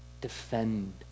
defend